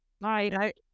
right